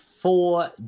four